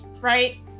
right